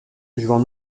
jouant